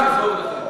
אני אעזור לך.